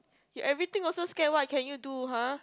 you everything also scared what can you do !huh!